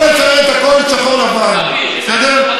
לא לצייר את הכול בשחור-לבן, בסדר?